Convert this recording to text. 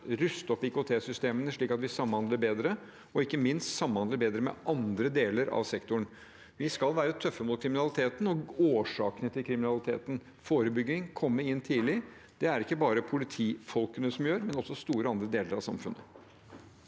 ruste opp IKT-systemene, slik at vi samhandler bedre, ikke minst med andre deler av sektoren. Vi skal være tøffe mot kriminaliteten og årsakene til kriminaliteten. Forebygging og det å komme inn tidlig er det ikke bare politifolkene som gjør, men også andre store deler av samfunnet.